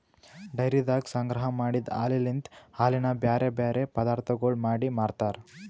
ಡೈರಿದಾಗ ಸಂಗ್ರಹ ಮಾಡಿದ್ ಹಾಲಲಿಂತ್ ಹಾಲಿನ ಬ್ಯಾರೆ ಬ್ಯಾರೆ ಪದಾರ್ಥಗೊಳ್ ಮಾಡಿ ಮಾರ್ತಾರ್